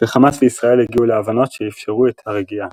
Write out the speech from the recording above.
וחמאס וישראל הגיעו להבנות שאפשרו את הרגיעה.